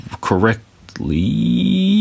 correctly